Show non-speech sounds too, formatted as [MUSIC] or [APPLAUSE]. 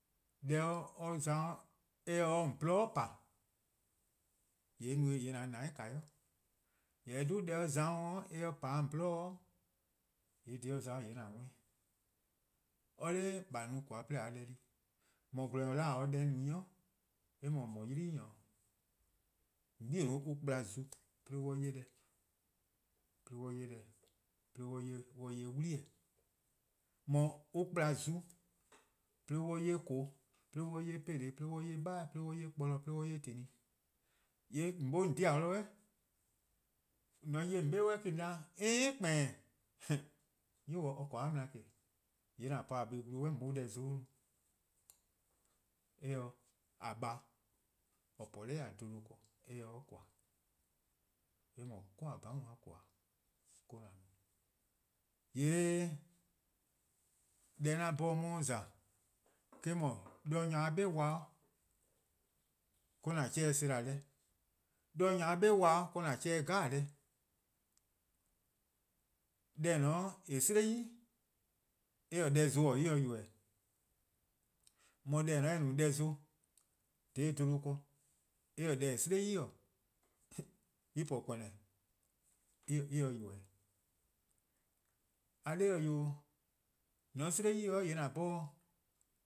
Deh or za-' eh se 'o :on :gwlii' pa, :yee' eh no-eh an :dou'+ :ka 'i. :yee' :mor eh 'dhu deh or za-a eh pa 'o :on :gwlii' :yee' deh or za-a' :yee' :an worn-ih 'weh, or 'da :a no :koan: 'de :a 'ye deh di, :mor :gwlor-nyor :or 'da :or :se-a deh no 'i, :yee' eh :mor :mor 'ylii-nyor 'o. :on 'bei'-a klplan zu 'de 'an 'ye deh, 'de an 'ye deh, [HESITATION] 'de 'an 'ye 'wli-eh:. :mor on kplan zu 'de an 'ye :koo:, 'de 'an 'ye 'peleh, 'de 'an 'ye 'beheh, 'de an 'ye kporlor, 'de an 'ye :teli, :yee' :on :mlor :on :dhe-dih 'suh, :mor :on 'ye :on 'be :yee' :on 'da keen kpeheh:, enhen, 'yu :daa or :korn mla, :yee' :an po buh+ glu :on 'ye-or deh zon-' no. :eh :se :a :baa' :or po-a dha 'bluhba ken or :koan:, eh :mor 'ku :baon'-a :koan: 'o :an no. :yee' deh 'an 'bhorn 'on 'ye-a :za eh-: 'dhu, 'de nyor-a 'be 'kwa 'de :an 'chean'-dih sela-deh+, 'de nyor-a 'be 'kwa 'de :an 'chean'-dih deh 'jeh. Deh :eh :ne-a 'o :eh 'sleh-a 'i, eh :ne deh zon-' eh se :ybeh-dih:. 'de mor deh :eh no-a 'o :eh no-a deh zon, eh mor-: 'dekorn: 'deh :eh 'sleh-a 'i-: en se :ybeh-dih:, en se :ybeh-dih. :eh :korn dhih-eh 'wee', :mor :on 'sleh 'i :yee' :an 'bhorn